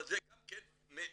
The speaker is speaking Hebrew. אבל זה גם כן ---.